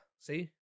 see